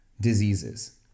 diseases